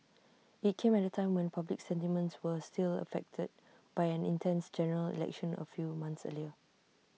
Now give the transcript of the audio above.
IT came at A time when public sentiments were still affected by an intense General Election A few months earlier